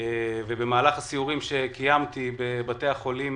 במהלך הסיורים שקיימתי בבתי החולים